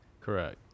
Correct